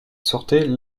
sortait